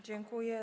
Dziękuję.